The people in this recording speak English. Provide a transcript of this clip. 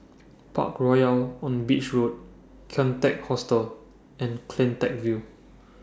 Parkroyal on Beach Road Kian Teck Hostel and CleanTech View